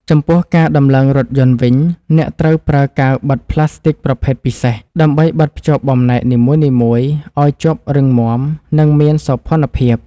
ចំពោះការដំឡើងរថយន្តវិញអ្នកត្រូវប្រើកាវបិទផ្លាស្ទិចប្រភេទពិសេស ដើម្បីបិទភ្ជាប់បំណែកនីមួយៗឱ្យជាប់រឹងមាំ និងមានសោភ័ណភាព។